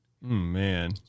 man